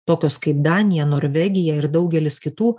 tokios kaip danija norvegija ir daugelis kitų